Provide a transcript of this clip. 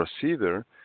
procedure